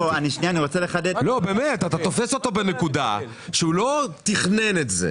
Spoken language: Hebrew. אתה תופס אותו בנקודה שהוא לא תכנן את זה.